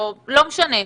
לא משנה,